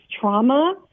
trauma